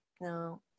no